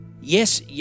Yes